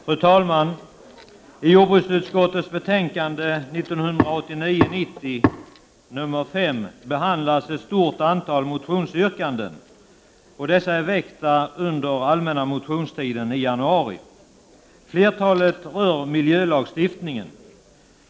Fru talman! I jordbruksutskottets betänkande 1989/90:JoUS behandlas ett stort antal motionsyrkanden. Motionerna är väckta under allmänna motionstiden i januari, och flertalet gäller miljölagstiftningen.